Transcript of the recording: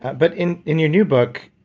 but in in your new book,